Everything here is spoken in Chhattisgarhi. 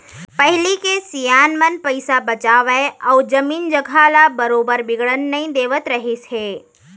पहिली के सियान मन पइसा बचावय अउ जमीन जघा ल बरोबर बिगड़न नई देवत रहिस हे